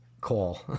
call